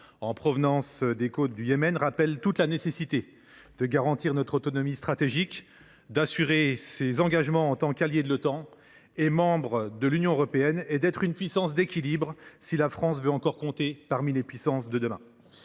en provenance des côtes du Yémen, rappelle la nécessité de garantir notre autonomie stratégique, d’assurer nos engagements en tant que membres de l’Otan et de l’Union européenne et d’être une puissance d’équilibre, si la France veut encore compter parmi les puissances de demain.